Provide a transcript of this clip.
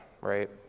right